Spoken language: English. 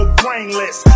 brainless